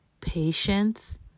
patience